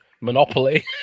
Monopoly